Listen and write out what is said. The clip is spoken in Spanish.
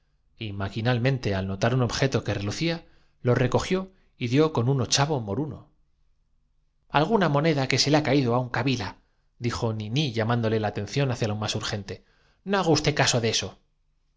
torno maquinalmente al notar un objeto que relucía lo re suyo una mirada de asombro éste creció de punto al cogió y dió con un ochavo moruno observar que todos los objetos arrebatados por la alguna moneda que se le ha caído á un kabila acción retrógrada del tiempo les eran devueltos sin dijo niní llamándole la atención hacia lo más urgente saber cómo ya un girón del vestido de naná cubrién no haga usted caso de eso